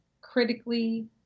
critically